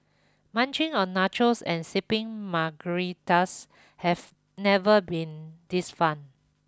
munching on nachos and sipping margaritas have never been this fun